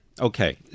Okay